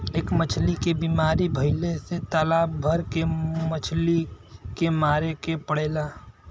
एक मछली के बीमारी भइले से तालाब भर के मछली के मारे के पड़ेला